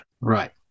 Right